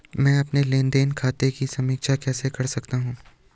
मैं अपने लेन देन खाते की समीक्षा कैसे कर सकती हूं?